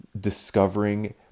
discovering